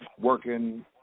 working